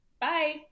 bye